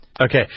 Okay